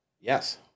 Yes